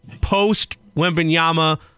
post-Wembenyama